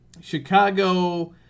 Chicago